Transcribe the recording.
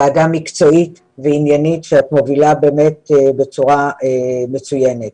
ועדה מקצועית ועניינית את מובילה בצורה מצוינת.